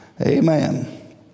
Amen